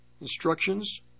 Instructions